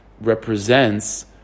represents